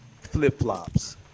flip-flops